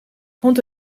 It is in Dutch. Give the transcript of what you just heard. rond